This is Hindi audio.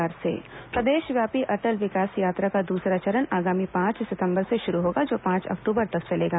अटल विकास यात्रा प्रदेशव्यापी अटल विकास यात्रा का दूसरा चरण आगामी पांच सितम्बर से शुरू होगा जो पांच अक्टूबर तक चलेगा